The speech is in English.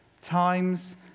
Times